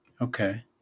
okay